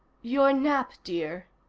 your nap, dear,